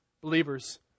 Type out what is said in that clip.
Believers